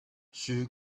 she